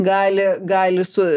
gali gali su